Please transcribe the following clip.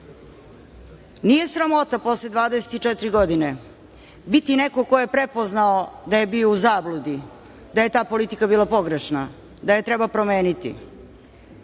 nije sramota posle 24 godine biti neko ko je prepoznao da je bio u zabludi, da je ta politika bila pogrešna, da je treba promeniti.